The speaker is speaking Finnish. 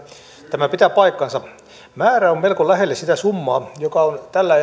tämä pitää paikkansa määrä on melko lähelle sitä summaa joka on tällä